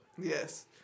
Yes